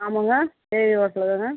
ஆமாங்க தேவி ஹோட்லு தான்ங்க